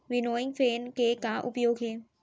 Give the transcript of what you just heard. Winnowing fan के का उपयोग हे?